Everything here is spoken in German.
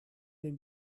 den